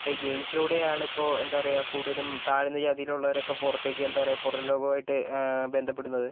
അപ്പം ഈ ഗെയിംസിലൂടെയാണിപ്പോൾ എന്താ പറയാ കൂടുതലും താഴ്ന്ന ജാതിയിലുള്ളവരൊക്കെ പുറത്തേക്ക് എന്താ പറയാ പുറം ലോകവുമായിട്ട് ബന്ധപ്പെടുന്നത്